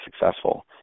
successful